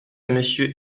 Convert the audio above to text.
monsieur